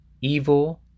Evil